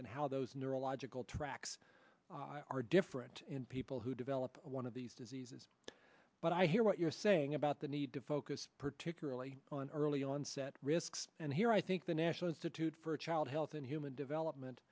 and how those neurological tracks are different in people who develop one of these diseases but i hear what you're saying about the need to focus particularly on early onset risks and here i think the national institute for child health and human development